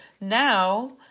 now